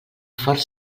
forca